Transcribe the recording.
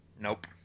Nope